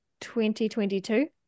2022